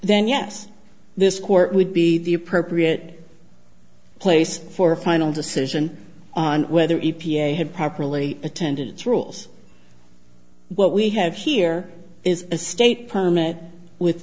then yes this court would be the appropriate place for a final decision on whether e p a had properly attendance rules what we have here is a state permit with